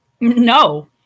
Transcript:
No